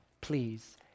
please